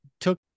took